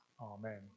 Amen